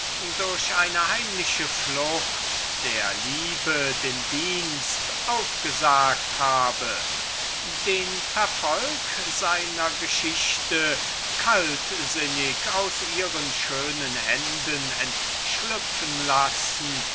durch eine heimliche flucht der liebe den dienst aufgesagt habe den zweiten teil seiner geschichte ganz kaltsinnig aus ihren schönen händen entschlüpfen lassen